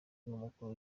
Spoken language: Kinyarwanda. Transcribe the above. n’umukuru